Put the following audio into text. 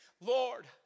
Lord